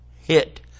Hit